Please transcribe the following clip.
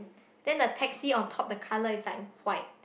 then the taxi on top the color is like white